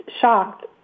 shocked